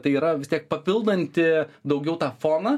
tai yra vis tiek papildanti daugiau tą foną